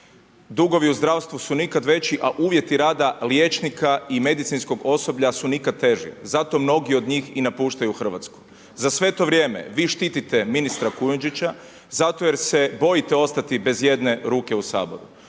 dugovi u zdravstvu su nikada veći a uvjeti rada liječnika i medicinskog osoblja su nikad teži, zato mnogi od njih i napuštaju Hrvatsku. Za sve to vrijeme vi štitite ministra Kujundžića zato jer se bojite ostati bez jedne ruke u Saboru.